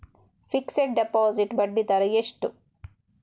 Fixed deposit ಬಡ್ಡಿ ದರ ಎಷ್ಟು?